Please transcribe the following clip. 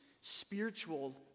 spiritual